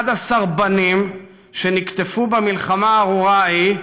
11 בנים שנקטפו במלחמה הארורה ההיא,